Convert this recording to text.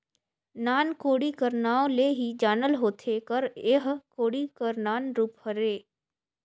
नान कोड़ी कर नाव ले ही जानल होथे कर एह कोड़ी कर नान रूप हरे